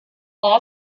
all